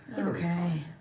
okay.